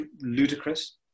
ludicrous